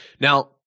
now